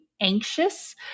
anxious